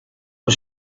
was